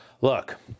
Look